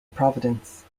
providence